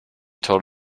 told